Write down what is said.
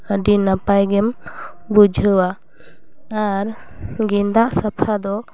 ᱟᱹᱰᱤ ᱱᱟᱯᱟᱭ ᱜᱮᱢ ᱵᱩᱡᱷᱟᱹᱣᱟ ᱟᱨ ᱜᱮᱸᱫᱟᱜ ᱥᱟᱯᱷᱟ ᱫᱚ